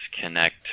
connect